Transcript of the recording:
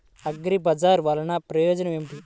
అగ్రిబజార్ వల్లన ప్రయోజనం ఏమిటీ?